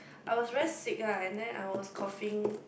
I was very sick lah and then I was coughing